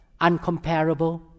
uncomparable